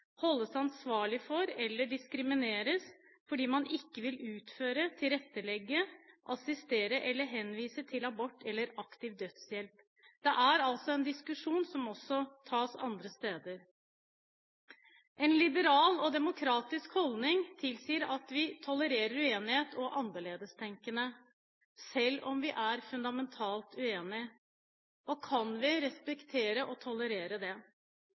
holdes ansvarlig for eller diskrimineres fordi man ikke vil utføre, tilrettelegge, assistere eller henvise til abort eller aktiv dødshjelp. Det er altså en diskusjon som også tas andre steder. En liberal og demokratisk holdning tilsier at vi tolererer uenighet og annerledestenkende, selv om vi er fundamentalt uenige. Kan vi respektere og tolerere det?